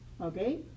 okay